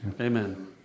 Amen